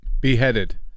Beheaded